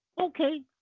okay